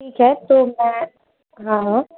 ठीक है तो मैं हाँ हाँ